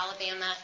Alabama